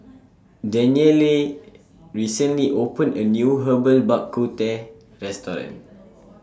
Danyelle recently opened A New Herbal Bak Ku Teh Restaurant